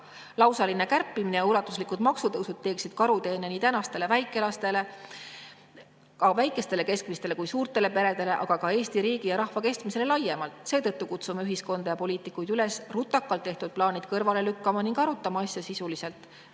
nädalaga. Lausaline kärpimine ja ulatuslikud maksutõusud teeksid karuteene nii tänastele väikestele, keskmistele kui suurtele peredele, aga ka Eesti riigi ja rahva kestmisele laiemalt. Seetõttu kutsume ühiskonda ja poliitikuid üles rutakalt tehtud plaanid kõrvale lükkama ning arutama asju sisuliselt.